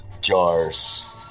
jars